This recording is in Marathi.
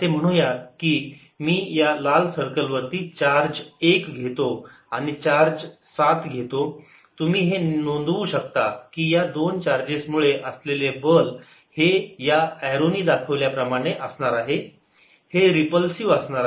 असे म्हणू यात की मी या लाल सर्कल वरती चार्ज एक घेतो आणि चार्ज 7 घेतो तुम्ही हे नोंदवू शकता की या दोन चार्जेस मुळे असलेले बल हे या एरो नी दाखविल्याप्रमाणे असणार आहे हे रिपल्सिव्ह असणार आहे